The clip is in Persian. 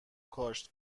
کاشت